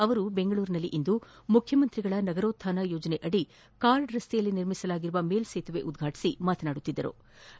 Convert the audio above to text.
ಅವರು ಬೆಂಗಳೂರಿನಲ್ಲಿಂದು ಮುಖ್ಯಮಂತ್ರಿಗಳ ನಗರೋತ್ನಾನ ಯೋಜನೆಯಡಿ ಕಾರ್ಡ್ ರಸ್ತೆಯಲ್ಲಿ ನಿರ್ಮಿಸಲಾಗಿರುವ ಮೇಲ್ಲೇತುವೆ ಉದ್ಘಾಟಿಸಿ ಮಾತನಾಡುತ್ತಿದ್ದರು